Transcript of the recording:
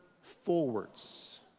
forwards